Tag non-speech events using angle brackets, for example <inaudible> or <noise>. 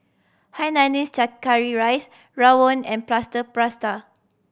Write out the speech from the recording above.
hainanese <unintelligible> curry rice rawon and plaster <unintelligible>